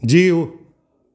जीउ